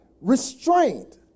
Restraint